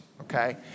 okay